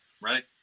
right